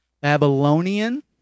Babylonian